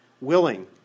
willing